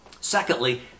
Secondly